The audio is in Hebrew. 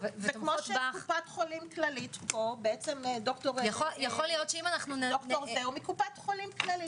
ותומכות בך- -- ד"ר כאן - הוא מקופת חולים כללית.